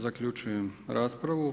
Zaključujem raspravu.